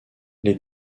les